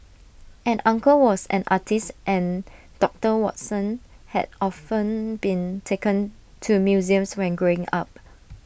an uncle was an artist and doctor Watson had often been taken to museums when growing up